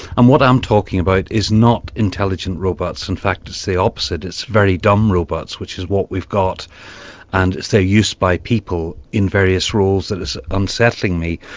and what i'm talking about is not intelligent robots, in fact it's the opposite, it's very dumb robots which is what we've got and it's their use by people in various roles that is unsettling me.